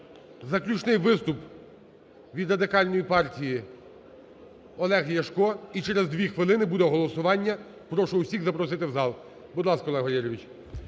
Заключний виступ від Радикальної партії Олег Ляшко. І через дві хвилини буде голосування. Прошу всіх запросити в зал. Будь ласка, Олег Валерійович.